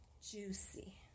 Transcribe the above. Juicy